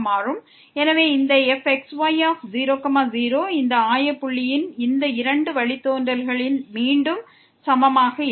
எனவே இந்த fxy00 இந்த ஆய புள்ளியின் இந்த இரண்டு வழித்தோன்றல்களில் மீண்டும் சமமாக இல்லை